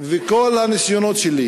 וכל הניסיונות שלי